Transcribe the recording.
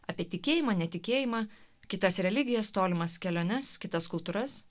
apie tikėjimą netikėjimą kitas religijas tolimas keliones kitas kultūras